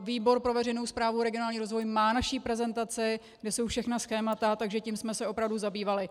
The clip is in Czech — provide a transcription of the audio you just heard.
Výbor pro veřejnou správu a regionální rozvoj má naši prezentaci, kde jsou všechna schémata, takže tím jsme se opravdu zabývali.